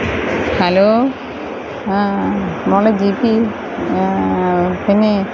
hello മോളെ ദീപ്തി പിന്നെ